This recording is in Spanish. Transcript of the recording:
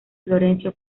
florencio